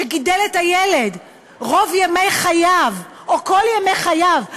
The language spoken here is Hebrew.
שגידל את הילד רוב ימי חייו או כל ימי חייו,